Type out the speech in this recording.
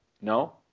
No